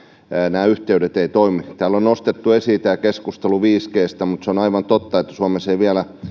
nämä yhteydet eivät toimi täällä on nostettu esiin tämä keskustelu viisi g stä mutta se on aivan totta että suomessa ei vielä